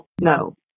No